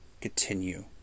Continue